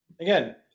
again